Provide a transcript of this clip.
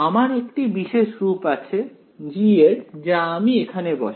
আমার একটি বিশেষ রূপ আছে G এর যা আমি এখানে বসাই